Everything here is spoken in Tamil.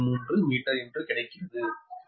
573 மீட்டர் என்று கிடைக்கிறது